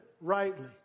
rightly